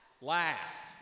last